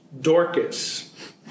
Dorcas